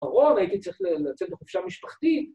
‫הרון, הייתי צריך לצאת לחופשה משפחתית